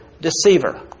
deceiver